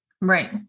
Right